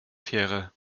fähre